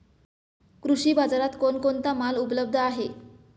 कृषी बाजारात कोण कोणता माल उपलब्ध आहे?